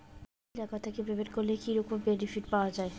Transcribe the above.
কোনো bill account থাকি payment করলে কি রকম বেনিফিট পাওয়া য়ায়?